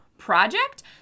project